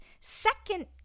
Second